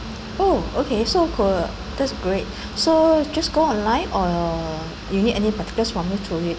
oh okay so cool that's great so just go online or you need any particulars from me to re~